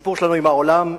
הסיפור שלנו עם העולם,